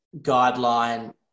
guideline